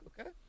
Okay